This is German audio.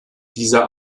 dieser